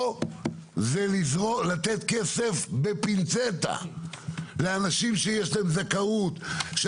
פה זה לתת כסף בפינצטה לאנשים שיש להם זכאות,